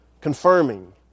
confirming